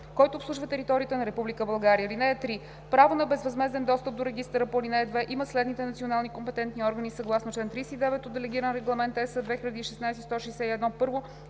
който обслужва територията на Република България. (3) Право на безвъзмезден достъп до регистъра по ал. 2 имат следните национални компетентни органи съгласно чл. 39 от Делегиран регламент (ЕС) 2016/161: